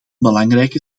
belangrijke